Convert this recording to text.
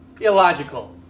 illogical